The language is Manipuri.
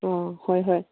ꯑꯣ ꯍꯣꯏ ꯍꯣꯏ